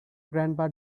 grandpa